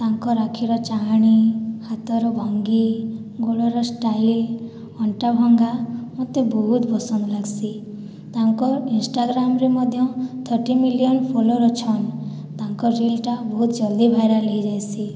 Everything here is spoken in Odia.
ତାଙ୍କର ଆଖିର ଚାହାଣି ହାତର ଭଙ୍ଗୀ ଗୋଡ଼ର ଷ୍ଟାଇଲ୍ ଅଣ୍ଟା ଭଙ୍ଗା ମୋତେ ବହୁତ୍ ପସନ୍ଦ୍ ଲାଗ୍ସି ତାଙ୍କ ଇନ୍ଷ୍ଟାଗ୍ରାମ୍ରେ ମଧ୍ୟ ଥର୍ଟି ମିଲିୟନ୍ ଫଲୋର୍ ଅଛନ୍ ତାଙ୍କ ରୀଲ୍ ଟା ବହୁତ୍ ଜଲ୍ଦି ଭାଇରାଲ୍ ହେଇଯାଇସି